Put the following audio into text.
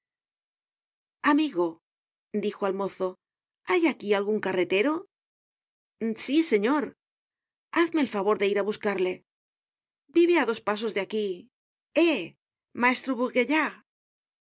amigo dijo al mozo hay aquí algun carretero sí señor hacedme el favor de ir á buscarle vive á dos pasos de aquí eh maestro bourgaillard